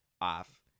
off